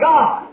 God